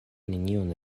nenion